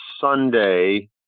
Sunday